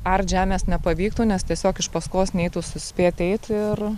art žemės nepavyktų nes tiesiog iš paskos neitų suspėt eit ir